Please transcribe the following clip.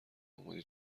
اومد